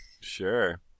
Sure